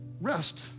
rest